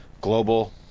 global